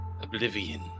Oblivion